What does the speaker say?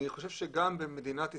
אני גם חושב שבמדינת ישראל,